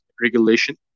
regulation